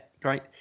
great